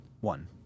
One